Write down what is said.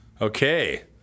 okay